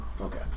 Okay